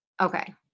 Okay